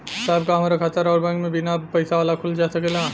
साहब का हमार खाता राऊर बैंक में बीना पैसा वाला खुल जा सकेला?